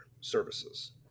services